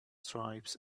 stripes